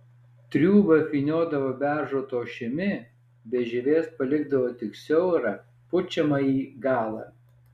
triūbą apvyniodavo beržo tošimi be žievės palikdavo tik siaurą pučiamąjį galą